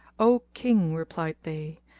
o king, replied they,